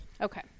Okay